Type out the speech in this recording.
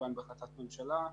שעוגן בהחלטת ממשלה.